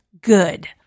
good